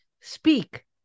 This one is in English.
speak